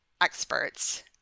experts